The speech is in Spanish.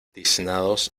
tiznados